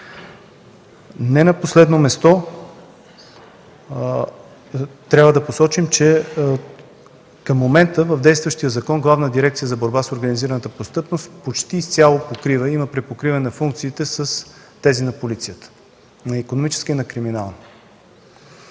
Не на последно място, трябва да посочим, че към момента в действащия закон Главна дирекция „Борба с организираната престъпност” почти изцяло покрива, има препокриване на функциите с тези на полицията – на икономическа и на криминална,